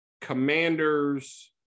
commanders